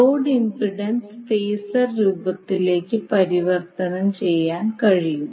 load impedance phasor രൂപത്തിലേക്ക് പരിവർത്തനം ചെയ്യാൻ കഴിയും